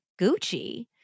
Gucci